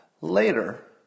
Later